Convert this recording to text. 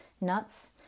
nuts